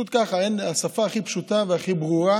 פשוט ככה, השפה הכי פשוטה והכי ברורה,